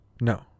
No